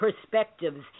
perspectives